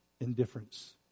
indifference